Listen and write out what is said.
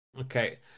Okay